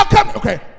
Okay